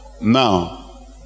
Now